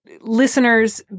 listeners